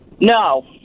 No